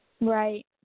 Right